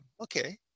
okay